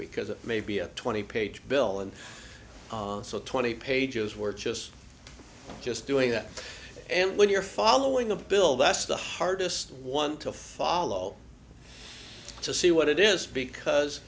because it may be a twenty page bill and so twenty pages were just just doing that and when you're following a bill that's the hardest one to follow to see what it is because